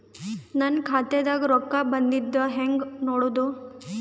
ನನ್ನ ಖಾತಾದಾಗ ರೊಕ್ಕ ಬಂದಿದ್ದ ಹೆಂಗ್ ನೋಡದು?